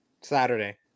Saturday